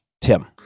Tim